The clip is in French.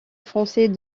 français